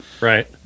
right